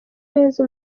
neza